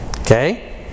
Okay